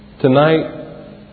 Tonight